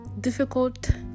difficult